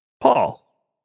Paul